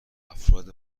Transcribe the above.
افراد